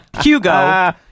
hugo